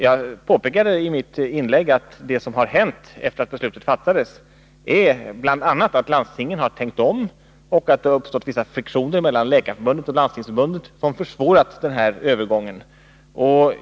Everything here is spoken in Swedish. Jag påpekade i mitt inlägg att det som har hänt efter det att beslutet fattades är bl.a. att landstingen har tänkt om och att det har uppstått vissa friktioner mellan Läkarförbundet och Landstingsförbundet som försvårat övergången.